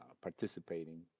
participating